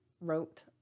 wrote